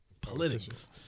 politics